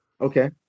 Okay